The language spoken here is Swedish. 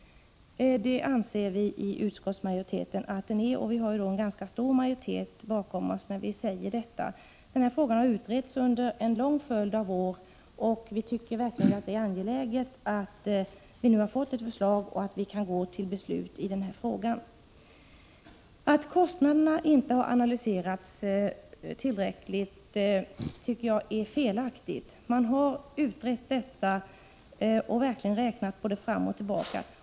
Det anser vi i utskottsmajoriteten att den är, och vi har en ganska stor majoritet bakom oss när vi säger detta. Frågan har utretts under en lång följd av år, och vi tycker verkligen att det är angeläget att vi nu har fått ett förslag och kan gå till beslut i frågan. Påståendet att kostnaderna inte har analyserats tillräckligt tycker jag är felaktigt. Man har utrett och verkligen räknat fram och tillbaka.